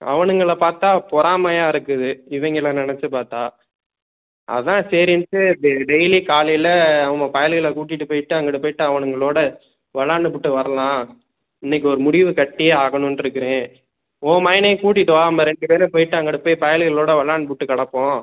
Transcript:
அவனுங்கள பார்த்தா பொறாமையாக இருக்குது இவனுங்களை நினைச்சு பாத்தேன் அதுதான் சரின்ட்டு டெய்லி காலையில் நம்ம பயலுகளை கூட்டிட்டு போயிட்டு அங்கிட்டு போயிட்டு அவனுங்களோடு வெளாண்டுவிட்டு வரலாம் இன்றைக்கு ஒரு முடிவு கட்டியே ஆகணுன்ட்டு இருக்கிறேன் உன் மகனையும் கூட்டிட்டு வா நம்ம ரெண்டு பேரும் போயிட்டு அங்கிட்டு போய் பயலுகளோடு வெளாண்டுகிட்டு கிடப்போம்